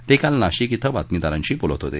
ते काल नाशिक इथं बातमीदारांशी बोलत होते